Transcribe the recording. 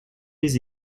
les